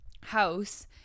house